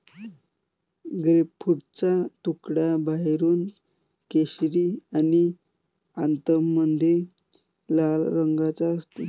ग्रेपफ्रूटचा तुकडा बाहेरून केशरी आणि आतमध्ये लाल रंगाचा असते